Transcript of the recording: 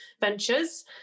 ventures